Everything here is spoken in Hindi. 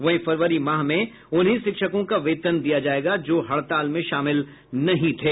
वहीं फरवरी माह में उन्हीं शिक्षकों का वेतन दिया जायेगा जो हड़ताल में शामिल नहीं थे